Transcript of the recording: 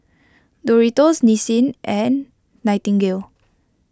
Doritos Nissin and Nightingale